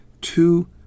two